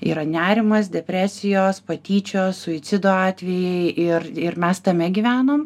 yra nerimas depresijos patyčios suicido atvejai ir ir mes tame gyvenom